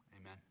Amen